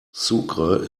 sucre